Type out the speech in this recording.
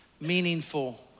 meaningful